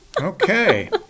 Okay